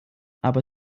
aber